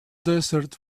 desert